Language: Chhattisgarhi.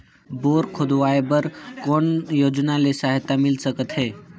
बोर खोदवाय बर कौन योजना ले सहायता मिल सकथे?